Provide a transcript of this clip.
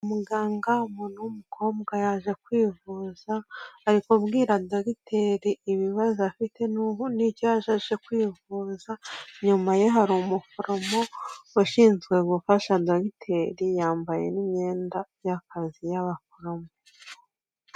Muganga umuntu w'umukobwa yaje kwivuza ari kubwira dogiteri ibibazo afite n'icyo yashasha kwivuza, inyuma ye hari umuforomo washinzwe gufasha dogiteri yambaye n'imyenda y'akazi y'abaforomo.